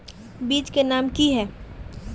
बीज के नाम की है?